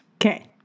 Okay